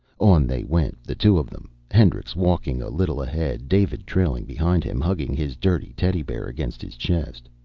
on they went, the two of them, hendricks walking a little ahead, david trailing behind him, hugging his dirty teddy bear against his chest.